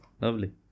Lovely